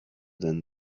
than